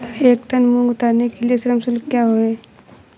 एक टन मूंग उतारने के लिए श्रम शुल्क क्या है?